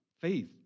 Faith